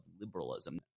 liberalism